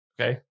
okay